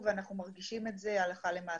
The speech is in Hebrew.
יותר מעשית,